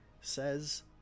Says